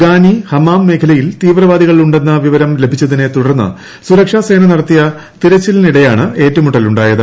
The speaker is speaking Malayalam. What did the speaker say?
ഗാനി ഹമാം മേഖലയിൽ തീവ്രവാദികൾ ഉണ്ടെന്ന വിവരം ലഭിച്ചതിനെ തുടർന്ന് സുരക്ഷാസേന നടത്തിയ തിരച്ചിലിനിടെയാണ് ഏറ്റുമുട്ടൽ ഉണ്ടായത്